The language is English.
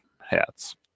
hats